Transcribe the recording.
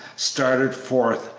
started forth,